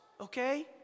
okay